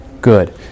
good